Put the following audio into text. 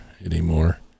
anymore